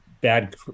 bad